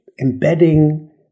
embedding